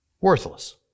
worthless